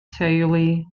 teulu